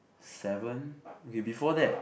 seven okay before that